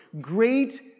Great